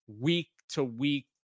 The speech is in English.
week-to-week